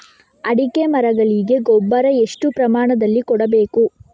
ಅಡಿಕೆ ಮರಗಳಿಗೆ ಗೊಬ್ಬರ ಎಷ್ಟು ಪ್ರಮಾಣದಲ್ಲಿ ಕೊಡಬೇಕು?